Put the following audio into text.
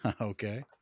Okay